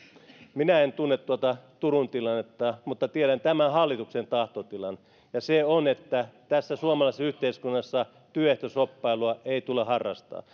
minä en tunne tuota turun tilannetta mutta tiedän tämän hallituksen tahtotilan ja se on että tässä suomalaisessa yhteiskunnassa työehtoshoppailua ei tule harrastaa